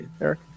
Eric